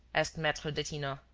asked maitre detinan.